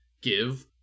give